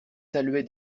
saluait